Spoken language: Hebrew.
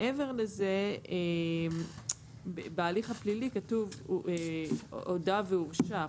מעבר לזה, בהליך הפלילי כתוב "הודה והורשע".